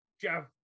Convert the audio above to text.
jeff